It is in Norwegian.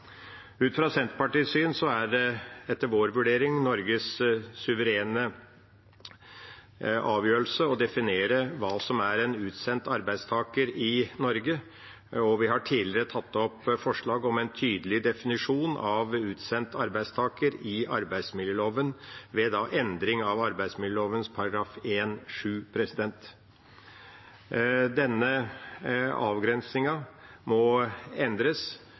er det Norges suverene avgjørelse å definere hva som er en utsendt arbeidstaker i Norge. Vi har tidligere tatt opp forslag om en tydelig definisjon av «utsendt arbeidstaker» i arbeidsmiljøloven ved endring av arbeidsmiljøloven § 1-7. Denne avgrensingen må endres